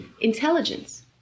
intelligence